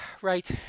Right